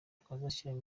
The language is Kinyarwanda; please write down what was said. tuzashyiramo